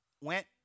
went